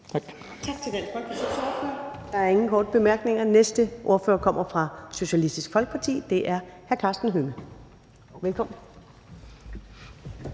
Der er ingen korte bemærkninger. Den næste ordfører kommer fra Socialistisk Folkeparti. Det er hr. Karsten Hønge. Velkommen.